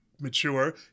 mature